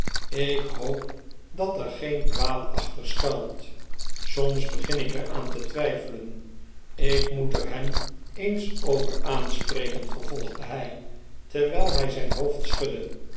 ik hoop dat er geen kwaad achter schuilt soms begin ik er aan te twijfelen ik moet er hem eens over aanspreken vervolgde hij terwijl hij zijn hoofd schudde